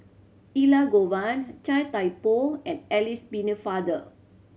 Elangovan Chia Thye Poh and Alice Pennefather